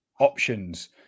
options